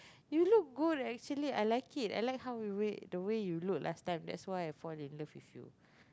you look good actually I like it I like how you way the way you look last time that's why I fall in love with you